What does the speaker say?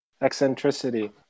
eccentricity